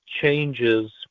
changes